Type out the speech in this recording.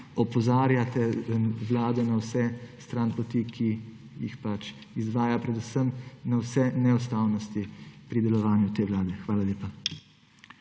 opozarjate Vlado na vse stranpoti, ki jih izvaja, predvsem na vse neustavnosti pri delovanju te vlade. Hvala lepa.